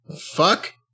fuck